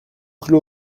clos